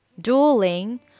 dueling